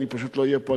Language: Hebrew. אני פשוט לא אהיה פה,